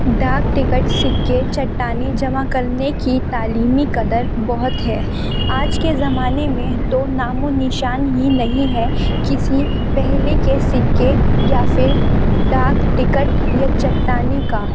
ڈاکٹ ٹکٹ سکے چٹانیں جمع کرنے کی تعلیمی قدر بہت ہے آج کے زمانے میں تو نام و نشان ہی نہیں ہے کسی پہلے کے سکے یا پھر ڈاک ٹکٹ یا چٹانیں کا